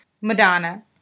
Madonna